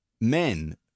men